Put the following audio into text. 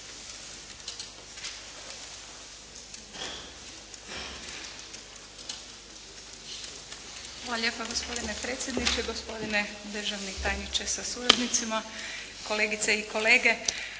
Hvala lijepa gospodine predsjedniče, gospodine državni tajniče sa suradnicima, kolegice i kolege.